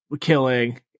killing